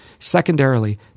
Secondarily